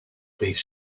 beef